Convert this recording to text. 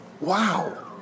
Wow